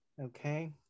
Okay